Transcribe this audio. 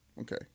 okay